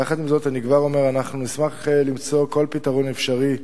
יחד עם זאת, אנחנו נשמח למצוא כל פתרון אפשרי,